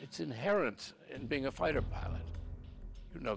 it's inherent in being a fighter pilot